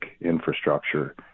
infrastructure